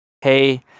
hey